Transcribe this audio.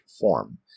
form